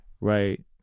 Right